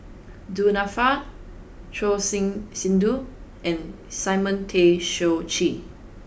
Du Nanfa Choor Singh Sidhu and Simon Tay Seong Chee